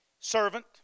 servant